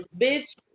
bitch